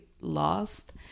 lost